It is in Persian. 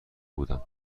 بودم